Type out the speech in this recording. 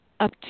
up